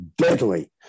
deadly